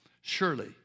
surely